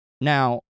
Now